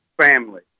family